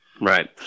Right